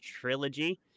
trilogy